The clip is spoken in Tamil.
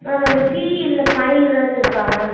ஆ மேம் அந்த ஃபீ இல்லை ஃபைன் எதாச்சும் இருக்கா மேம்